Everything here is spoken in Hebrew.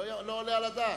לא עולה על הדעת.